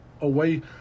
away